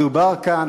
מדובר כאן